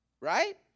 Right